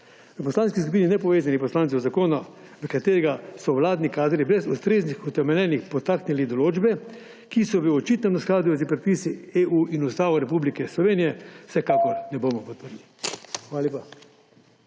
V Poslanski skupini nepovezanih poslancev zakona, v katerega so vladni kadri brez ustreznih utemeljitev podtaknili določbe, ki so v očitnem neskladju s predpisi EU in Ustavo Republike Slovenije, vsekakor ne bomo podprli. Hvala lepa.